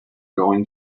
going